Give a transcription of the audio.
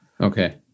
Okay